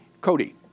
Cody